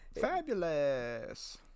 fabulous